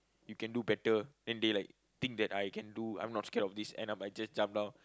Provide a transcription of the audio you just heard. you can do better then they like think that I can do I am not scared of this end up I just jumped down